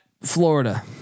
Florida